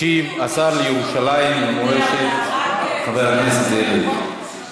ישיב השר לירושלים ומורשת, חבר הכנסת אלקין.